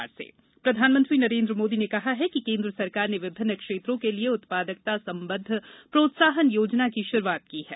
प्रधानमंत्री नीति आयोग प्रधानमंत्री नरेन्द्र मोदी ने कहा है कि केन्द्र सरकार ने विभिन्न क्षेत्रों के लिए उत्पादकता संबद्ध प्रोत्साहन योजना की शुरूआत की है